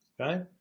Okay